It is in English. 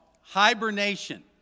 hibernation